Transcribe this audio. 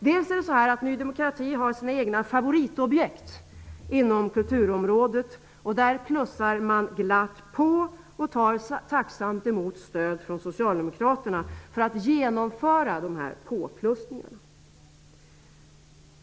För det första har Ny demokrati sina egna favoritobjekt inom kulturområdet, och där plussar man glatt på och tar tacksamt emot stöd från socialdemokraterna för att genomföra påplussningarna.